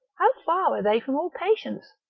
how far are they from all patience?